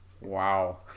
Wow